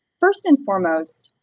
first and foremost,